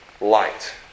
light